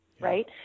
right